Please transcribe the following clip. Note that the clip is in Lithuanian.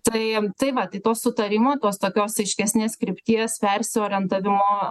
tai tai va tai to sutarimo tos tokios aiškesnės krypties persiorientavimo